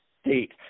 state